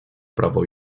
prawo